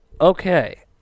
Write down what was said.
Okay